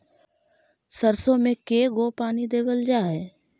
सरसों में के गो पानी देबल जा है?